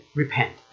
repent